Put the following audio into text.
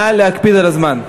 נא להקפיד על הזמן.